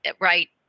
right